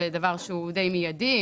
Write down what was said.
זה דבר הוא די מיידי,